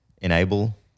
enable